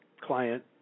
client